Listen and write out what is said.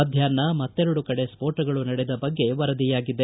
ಮಧ್ಯಾಷ್ನ ಮತ್ತೆರಡು ಕಡೆ ಸ್ಫೋಟಗಳು ನಡೆದ ಬಗ್ಗೆ ವರದಿಯಾಗಿದೆ